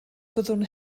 byddwn